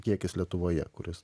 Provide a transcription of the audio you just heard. kiekis lietuvoje kuris